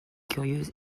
curieuse